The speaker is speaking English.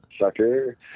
sucker